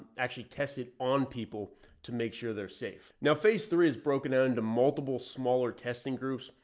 actually test it on people to make sure they're safe. now, phase three is broken out into multiple smaller testing groups.